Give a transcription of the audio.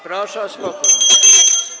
Proszę o spokój.